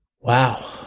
Wow